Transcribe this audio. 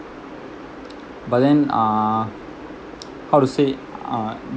but then uh how to say uh